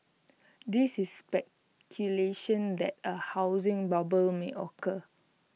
this is speculation that A housing bubble may occur